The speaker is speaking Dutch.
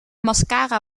mascara